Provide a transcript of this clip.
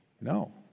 No